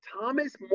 Thomas